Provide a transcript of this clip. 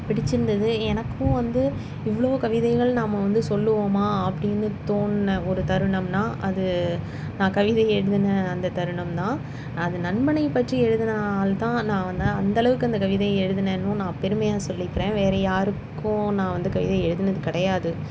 பிடிச்சிருந்தது எனக்கும் வந்து இவ்வளோ கவிதைகள் நாம் வந்து சொல்லுவோமா அப்படினு தோணுன ஒரு தருணம்னால் அது நான் கவிதை எழுதின அந்த தருணம் தான் அது நண்பனை பற்றி எழுதினால் தான் நான் வந்து அந்த அளவுக்கும் அந்த கவிதையை எழுதினேனும் நான் பெருமையாக சொல்லிக்கிறேன் வேறு யாருக்கும் நான் வந்து கவிதை எழுதினது கிடையாது